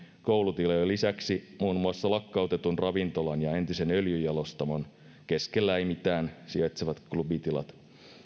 koulutilojen lisäksi muun muassa lakkautetun ravintolan ja entisen öljyjalostamon keskellä ei mitään sijaitsevat klubitilat